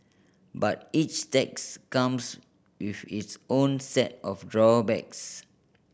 but each tax comes with its own set of drawbacks